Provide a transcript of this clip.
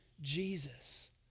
Jesus